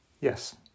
Yes